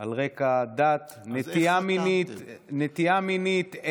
על רקע דת, נטייה מינית, אז איך הסכמתם לזה?